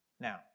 Now